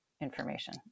information